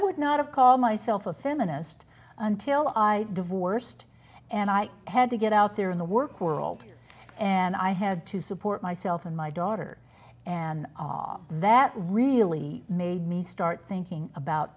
would not of call myself a feminist until i divorced and i had to get out there in the work world and i had to support myself and my daughter and that really made me start thinking about